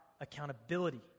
accountability